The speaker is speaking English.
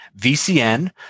VCN